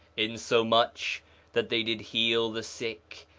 insomuch that they did heal the sick,